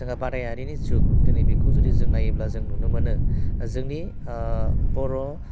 जोंहा बादायारिनि जुग दिनै बेखौ जुदि जों नायोब्ला जों नुनो मोनो बा जोंनि बर'